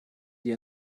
die